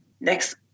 next